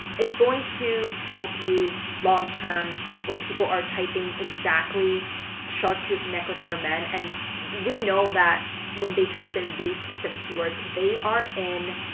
it's going to help you long term when people are typing in exactly shark tooth necklace for men and we know that when they type in these specific keywords, they are in